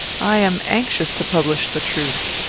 i am anxious to publish the truth.